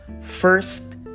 first